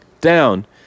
down